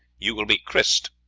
you will be krised.